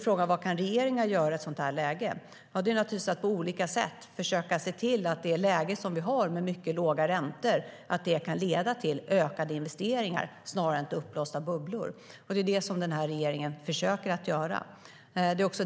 Frågan är vad regeringen kan göra i ett sådant läge. Vi kan på olika sätt försöka se till att det läge som vi har med mycket låga räntor kan leda till ökade investeringar snarare än till uppblåsta bubblor. Det är också det som den här regeringen försöker göra.